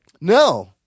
no